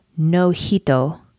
Nojito